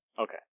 okay